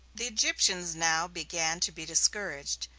the egyptians now began to be discouraged.